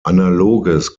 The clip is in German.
analoges